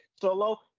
Solo